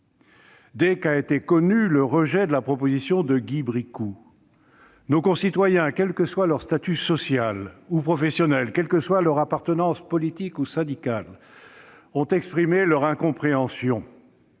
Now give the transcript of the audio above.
Dès qu'a été connu le rejet de la proposition de Guy Bricout, nos concitoyens, quel que soit leur statut social ou professionnel, quelle que soit leur appartenance politique ou syndicale, ont exprimé leur incompréhension